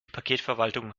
paketverwaltung